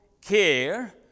care